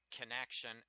connection